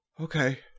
Okay